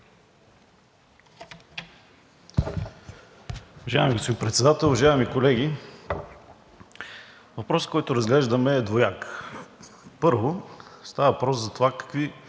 Уважаеми господин Председател, уважаеми колеги! Въпросът, който разглеждаме, е двояк. Първо, става въпрос за това какви